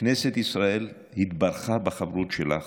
כנסת ישראל התברכה בחברות שלך.